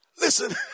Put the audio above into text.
listen